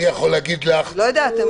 אבל אני יכול להגיד לך --- אני לא יודעת.